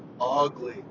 ugly